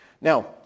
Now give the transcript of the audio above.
Now